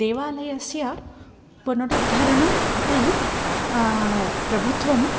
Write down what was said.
देवालयस्य पुनरुद्धरणम् अपि प्रभुत्वं